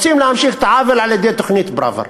רוצים להמשיך את העוול על-ידי תוכנית פראוור.